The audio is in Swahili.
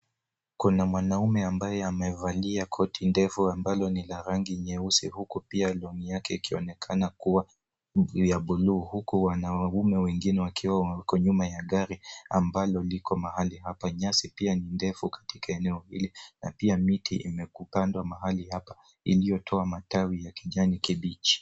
Kuna mwanaume ambaye amevalia koti ndefu ambalo ni la rangi nyeusi huku pia long'i yake ikionekana kuwa ya buluu huku wanaume wengine wakiwa wako nyuma ya gari ambalo liko mahali hapa . Nyasi pia ni ndefu katika eneo hili na pia miti imepandwa mahali hapa iliyotoa matawi ya kijani kibichi.